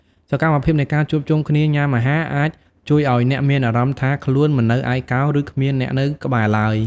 សកម្មភាពនៃការជួបជុំគ្នាញ៉ាំអាហារអាចជួយឱ្យអ្នកមានអារម្មណ៍ថាខ្លួនមិននៅឯកោឬគ្មានអ្នកនៅក្បែរឡើយ។